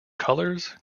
colors